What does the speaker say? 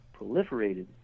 proliferated